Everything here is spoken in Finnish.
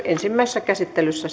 ensimmäisessä käsittelyssä